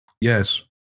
Yes